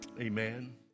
Amen